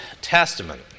Testament